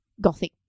Gothic